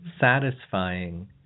satisfying